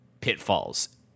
pitfalls